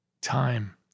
time